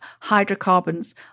hydrocarbons